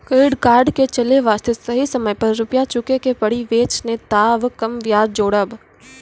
Credit card के चले वास्ते सही समय पर रुपिया चुके के पड़ी बेंच ने ताब कम ब्याज जोरब?